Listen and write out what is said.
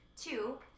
Two